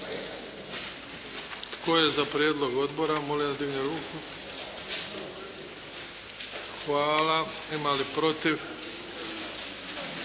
Hvala.